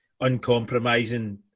uncompromising